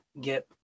get